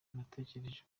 natekereje